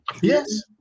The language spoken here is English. Yes